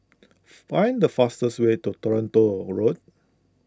find the fastest way to Toronto Road